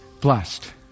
Blessed